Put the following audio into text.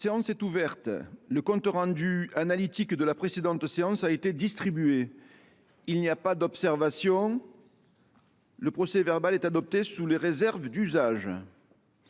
La séance est ouverte. Le compte rendu analytique de la précédente séance a été distribué. Il n’y a pas d’observation ?… Le procès verbal est adopté sous les réserves d’usage.